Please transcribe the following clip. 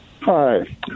Hi